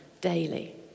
daily